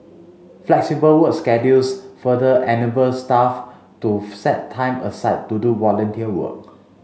flexible work schedules further enable staff to set time aside to do volunteer work